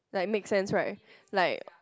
like make sense right like